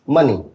Money